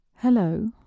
Hello